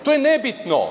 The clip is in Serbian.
To je nebitno.